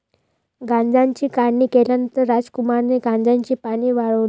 गांजाची काढणी केल्यानंतर रामकुमारने गांजाची पाने वाळवली